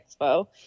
Expo